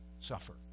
suffer